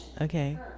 Okay